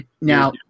Now